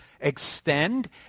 extend